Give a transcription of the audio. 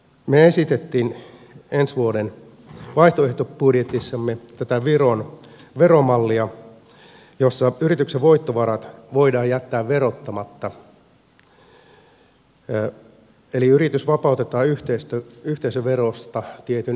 me esitimme ensi vuoden vaihtoehtobudjetissamme tätä viron veromallia jossa yrityksen voittovarat voidaan jättää verottamatta eli yritys vapautetaan yhteisöverosta tietyin edellytyksin